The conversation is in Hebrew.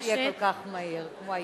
מעניין אם הקיצוץ יהיה כל כך מהר כמו היישום.